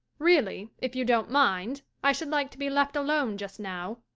really, if you don't mind, i should like to be left alone just now.